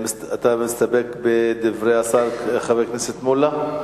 אתה מסתפק בדברי השר, חבר הכנסת מולה?